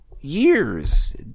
years